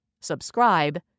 subscribe